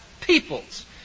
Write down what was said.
peoples